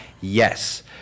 yes